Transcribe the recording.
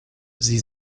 sie